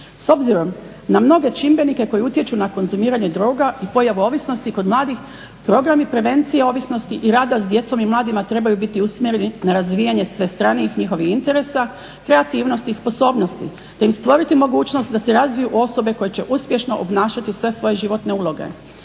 S obzirom na mnoge čimbenike koji utječu na konzumiranje droga i pojavu ovisnosti kod mladih, programi prevencije ovisnosti i rada s djecom i mladima trebaju biti usmjereni na razvijanje svestranijih njihovih interesa, kreativnosti i sposobnosti, te im stvoriti mogućnost da se razviju u osobe koje će uspješno obnašati sve svoje životne uloge.